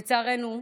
לצערנו,